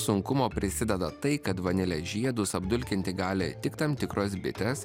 sunkumo prisideda tai kad vanile žiedus apdulkinti gali tik tam tikros bites